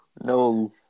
No